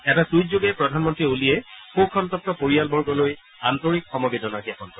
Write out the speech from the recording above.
এটা টুইটযোগে প্ৰধানমন্ত্ৰী অলিয়ে শোকসন্তপ্ত পৰিয়ালবৰ্গলৈ আন্তৰিক সমবেদনা প্ৰকাশ কৰে